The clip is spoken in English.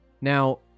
Now